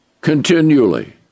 continually